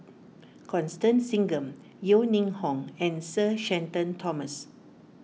Constance Singam Yeo Ning Hong and Sir Shenton Thomas